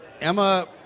Emma